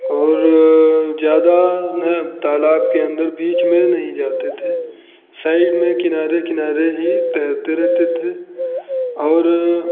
और ज़्यादा न तालाब के अंदर बीच में नहीं जाते थे साइड में किनारे किनारे ही तैरते रहते थे और